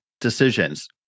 decisions